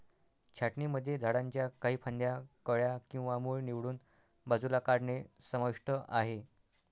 छाटणीमध्ये झाडांच्या काही फांद्या, कळ्या किंवा मूळ निवडून बाजूला काढणे समाविष्ट आहे